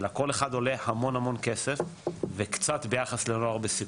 כל אחד עולה המון המון כסף וקצת לנוער בסיכון.